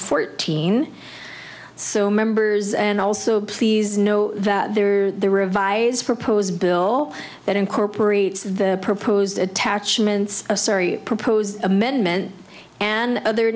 fourteen so members and also please know that there are the revised proposed bill that incorporates the proposed attachments of sorry proposed amendment and other